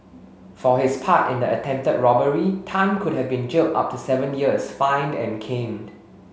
for his part in the attempted robbery Tan could have been jailed up to seven years fined and caned